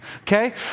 okay